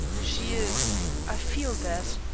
she is i feel that.